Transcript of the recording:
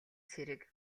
цэрэг